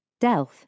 Delph